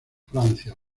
francia